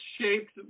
shaped